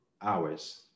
hours